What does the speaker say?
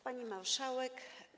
Pani Marszałek!